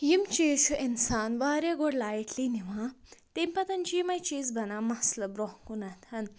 یِم چیٖز چھُ اِنسان واریاہ گۄڈٕ لایٹلی نِوان تَمۍ پَتَن چھِ یِمَے چیٖز بنان مَسلہٕ برٛونٛہہ کُنَتھ